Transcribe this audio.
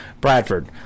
Bradford